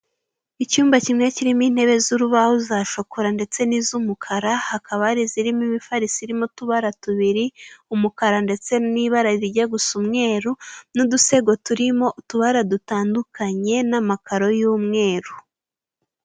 Icyumba kimwe cyirimo intebe z'urubaho za shokora ndetse n'iz'umukara, hakaba hari izirimo imifariso irimo utubara tubiri; umukara ndetse n'ibara rijya gusa umweru n'udusego turimo utubara dutandukanye n'amakaro y'umweru